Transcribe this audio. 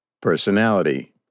Personality